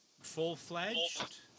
Full-fledged